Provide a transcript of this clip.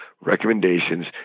recommendations